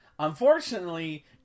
Unfortunately